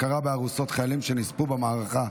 הכרה בארוסות חיילים שנספו במערכה),